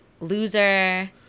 loser